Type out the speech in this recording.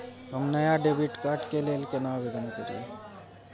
हम नया debit card के लेल केना आवेदन करियै?